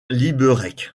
liberec